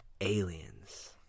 aliens